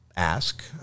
ask